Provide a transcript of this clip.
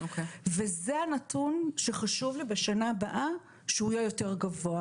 זה הנתון שחשוב לי בשנה הבאה שהוא יהיה יותר גבוה.